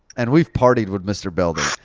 and we've partied with mr. belding.